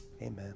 Amen